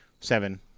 Seven